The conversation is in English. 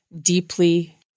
deeply